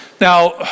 Now